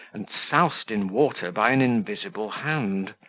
and soused in water by an invisible hand.